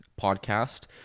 podcast